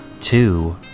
two